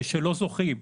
שלא זוכים.